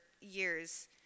years